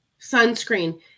sunscreen